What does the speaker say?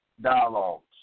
dialogues